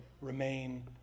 remain